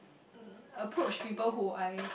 um approach people who I